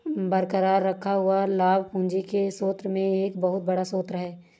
बरकरार रखा हुआ लाभ पूंजी के स्रोत में एक बहुत बड़ा स्रोत है